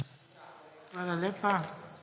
Hvala lepa.